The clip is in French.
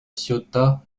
ciotat